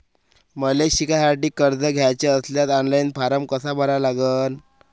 मले शिकासाठी कर्ज घ्याचे असल्यास ऑनलाईन फारम कसा भरा लागन?